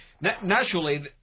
Naturally